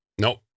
Nope